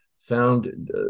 found